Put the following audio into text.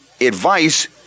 advice